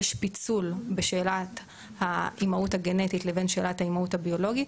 יש פיצול בשאלת האימהות הגנטית לבין שאלת האימהות הביולוגית.